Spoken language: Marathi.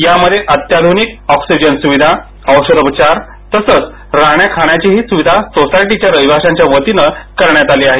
यामध्ये अत्याधूनिक अॅक्सिजन सूविधा औषधोपचार तसेच राहण्या खाण्याची सूविधाही सोसायटीच्या रहिवाश्यांच्या वतीने करण्यात आली आहे